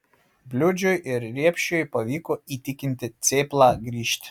bliūdžiui ir riepšui pavyko įtikinti cėplą grįžti